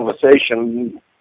conversation